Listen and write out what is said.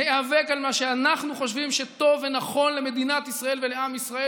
להיאבק על מה שאנחנו חושבים שטוב ונכון למדינת ישראל ולעם ישראל,